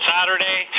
Saturday